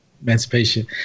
Emancipation